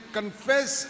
confess